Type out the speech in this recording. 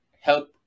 help